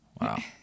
Wow